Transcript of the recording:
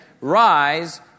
rise